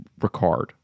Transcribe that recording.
Ricard